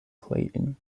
clayton